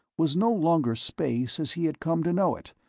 was no longer space as he had come to know it,